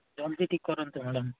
ଜଲଦି ଠିକ୍ କରନ୍ତୁ ମ୍ୟାଡ଼ାମ୍